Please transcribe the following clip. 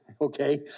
okay